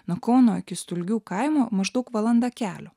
nuo kauno iki stulgių kaimo maždaug valanda kelio